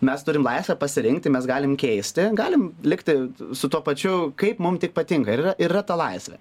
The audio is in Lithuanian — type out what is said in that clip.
mes turim laisvę pasirinkti mes galim keisti galim likti su tuo pačiu kaip mum tik patinka ir yra ir yra ta laisvė